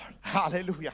Hallelujah